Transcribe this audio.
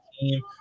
team